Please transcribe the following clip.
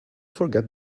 forget